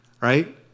right